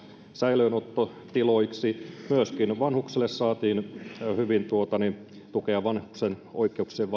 säilöönottotiloiksi myöskin vanhuksille saatiin hyvin tukea vanhusten oikeuksien